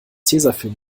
tesafilm